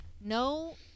no